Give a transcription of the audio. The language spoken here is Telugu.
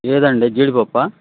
ఏదండి జీడిపప్పా